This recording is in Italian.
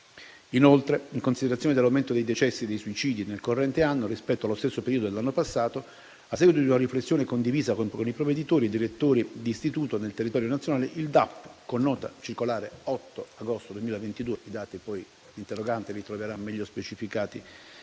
Inoltre, in considerazione dell'aumento dei decessi e dei suicidi nel corrente anno, rispetto allo stesso periodo dell'anno passato, a seguito di una riflessione condivisa con i provveditori e i direttori d'istituto del territorio nazionale, il DAP, con nota circolare dell'8 agosto 2022, n. 3695/6145 (precisando che l'interrogante troverà i dati meglio specificati